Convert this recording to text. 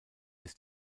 ist